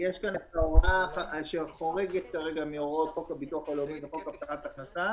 יש הוראה שחורגת כרגע מהוראות חוק הביטוח הלאומי וחוק הבטחת הכנסה.